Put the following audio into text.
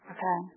Okay